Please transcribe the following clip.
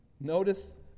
notice